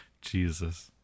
Jesus